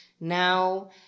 Now